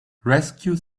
rescue